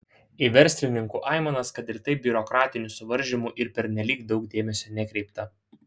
į verslininkų aimanas kad ir taip biurokratinių suvaržymų yra pernelyg daug dėmesio nekreipta